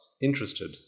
interested